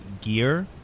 gear